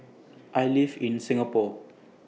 I live in Singapore